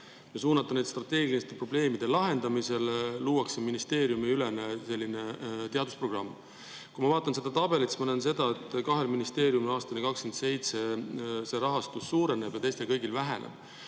ja suunata neid strateegiliste probleemide lahendamisele, luuakse ministeeriumideülene teadusprogramm. Kui ma vaatan seda tabelit, siis ma näen seda, et kahel ministeeriumil aastani 2027 see rahastus suureneb ja teistel kõigil väheneb.